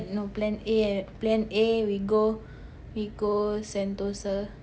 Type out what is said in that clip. no plan A uh plan A we go we go Sentosa